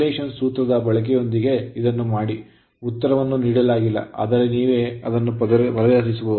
regulation ಸೂತ್ರದ ಬಳಕೆಯೊಂದಿಗೆ ಇದನ್ನು ಮಾಡಿ ಉತ್ತರವನ್ನು ನೀಡಲಾಗಿಲ್ಲ ಆದರೆ ನೀವು ಅದನ್ನು ಪರಿಹರಿಸಬಹುದು